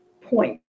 point